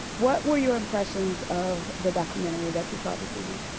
what were your impressions of the documentary that you saw this evening?